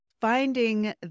finding